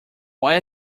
why